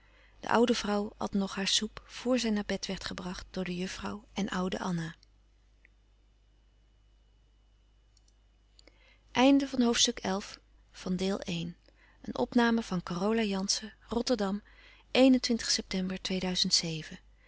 de oude vrouw at nog haar soep voor zij naar bed werd gebracht door de juffrouw en oude anna